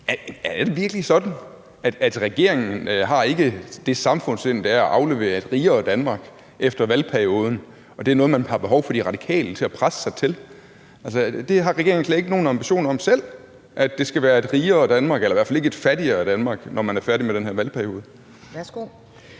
Er det virkelig sådan, at regeringen ikke har det samfundssind, det er at aflevere et rigere Danmark efter valgperioden, og at det er noget, man har behov for at De Radikale skal presse sig til? Har regeringen slet ikke nogen ambitioner om det selv, altså at det skal være et rigere Danmark eller i hvert fald ikke et fattigere Danmark, når man er færdig med den her valgperiode?